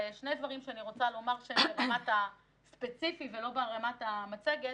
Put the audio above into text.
שני דברים שאני רוצה לומר שהם ברמת הדבר הספציפי ולא ברמת המצגת.